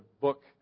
book